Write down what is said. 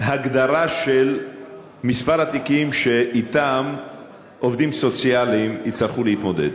הגדרה של מספר התיקים שאתם עובדים סוציאליים יצטרכו להתמודד.